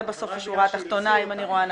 זה בסוף השורה התחתונה, אם אני רואה נכון.